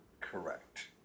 Correct